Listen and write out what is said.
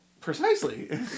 Precisely